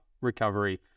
recovery